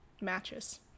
matches